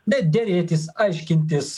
bet derėtis aiškintis